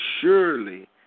surely